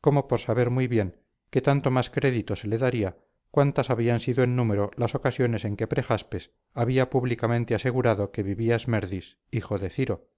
como por saber muy bien que tanto más crédito se le daría cuantas habían sido en número las ocasiones en que prejaspes había públicamente asegurado que vivía esmerdis hijo de ciro